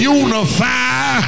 unify